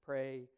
pray